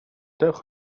dewch